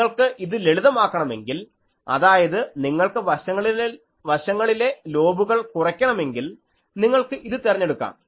നിങ്ങൾക്ക് ഇത് ലളിതമാക്കണമെങ്കിൽ അതായത് നിങ്ങൾക്ക് വശങ്ങളിലെ ലോബുകൾ കുറയ്ക്കണമെങ്കിൽ നിങ്ങൾക്ക് ഇത് തെരഞ്ഞെടുക്കാം